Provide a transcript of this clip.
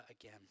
again